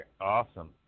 awesome